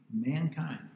mankind